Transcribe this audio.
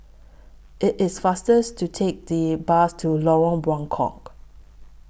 IT IS fasters to Take The Bus to Lorong Buangkok